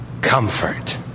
comfort